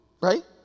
Right